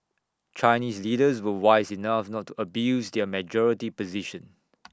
Chinese leaders were wise enough not to abuse their majority position